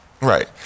Right